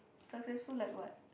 successful like what